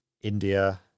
India